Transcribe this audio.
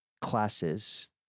classes